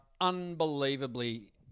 unbelievably